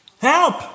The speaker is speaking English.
Help